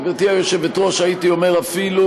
גברתי היושבת-ראש, הייתי אומר אפילו